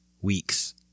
weeks